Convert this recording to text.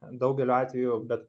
daugeliu atvejų bet